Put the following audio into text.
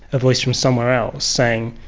a voice from somewhere else saying,